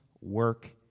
work